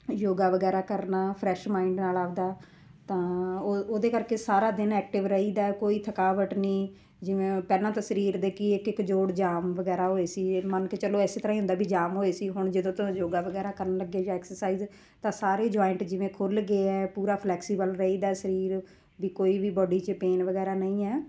ਯੋਗਾ ਵਗੈਰਾ ਕਰਨਾ fresh mind ਨਾਲ ਆਪਣਾ ਤਾਂ ਉਹਦੇ ਕਰਕੇ ਸਾਰਾ ਦਿਨ ਐਕਟਿਵ ਰਹੀਦਾ ਕੋਈ ਥਕਾਵਟ ਨਹੀਂ ਜਿਵੇਂ ਪਹਿਲਾਂ ਤਾਂ ਸਰੀਰ ਦੇ ਕੀ ਇੱਕ ਇੱਕ ਜੋੜ ਜਾਮ ਵਗੈਰਾ ਹੋਏ ਸੀ ਮੰਨ ਕੇ ਚੱਲੋ ਇਸ ਤਰ੍ਹਾਂ ਹੀ ਹੁੰਦਾ ਜਾਮ ਹੋਏ ਸੀ ਹੁਣ ਜਦੋਂ ਤੋਂ ਯੋਗਾ ਵਗੈਰਾ ਕਰਨ ਲੱਗੇ ਜਾਂ ਐਕਸਰਸਾਈਜ਼ ਤਾਂ ਸਾਰੇ ਜੋਇੰਟ ਜਿਵੇਂ ਖੁੱਲ੍ਹ ਗਏ ਹੈ ਪੂਰਾ ਫਲੈਕਸੀਬਲ ਰਹੀਦਾ ਸਰੀਰ ਵੀ ਕੋਈ ਵੀ ਬਾਡੀ 'ਚ ਪੇਨ ਵਗੈਰਾ ਨਹੀਂ ਹੈ